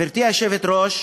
גברתי היושבת-ראש,